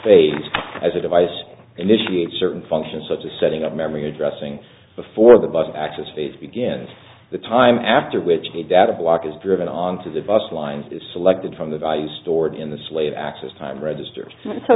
base as a device initiate certain functions such as setting up memory addressing before the bus access phase begins the time after which the data block is driven on to the bus lines is selected from the value stored in this way access time registers so